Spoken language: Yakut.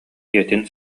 ийэтин